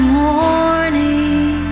morning